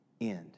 end